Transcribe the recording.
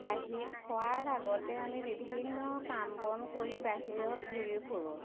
বাহিৰ খোৱাৰ আগতে আমি বিভিন্ন কাম বন কৰি বাহিৰত ঘূৰি ফুৰোঁ